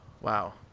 wow